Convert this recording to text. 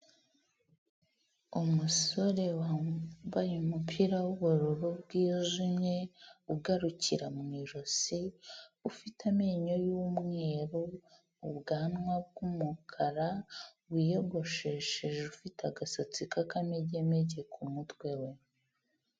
Umusore wambaye umupira w'ubururu bwijimye, ugarukira mu ijosi, ufite amenyo y'umweru, ubwanwa bw'umukara, wiyogoshesheje, ufite agasatsi k'akamegemege ku kumutwe we.